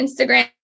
Instagram